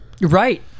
right